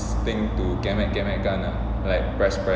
thing to kemek-kemek kan ah like press press